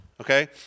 Okay